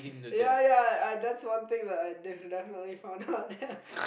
ya ya I that's one thing I definitely found out ya